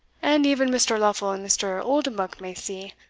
and even mr. lofel and mr. oldenbuck may see,